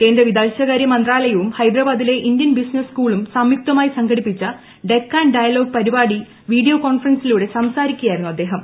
കേന്ദ്ര വിദേശകാര്യ മന്ത്രാലയവും ഹൈദരാബാദിലെ ഇന്ത്യൻ ബിസിനസ്സ് സ്കൂളും സംയുക്തമായി സംഘടിപ്പിച്ച ഡെക്കാൻ ഡയലോഗ് പരിപാടിയിൽ വീഡിയോ കോൺഫറൻസിലൂടെ സംസാരിക്കുകയായിരുന്നു അദ്ദേഹം